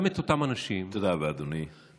גם אותם אנשים, תודה רבה, אדוני.